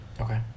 Okay